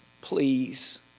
please